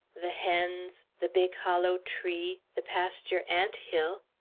the hens, the big hollow tree, the pasture ant hill.